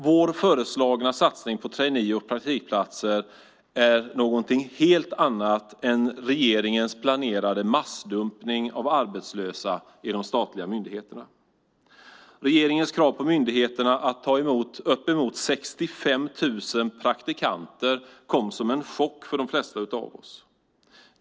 Vår föreslagna satsning på trainee och praktikplatser är någonting helt annat än regeringens planerade massdumpning av arbetslösa i de statliga myndigheterna. Regeringens krav på myndigheterna att ta emot upp mot 65 000 praktikanter kom som en chock för de flesta av oss.